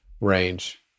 range